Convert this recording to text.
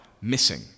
missing